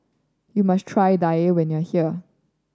you must try Daal when you are here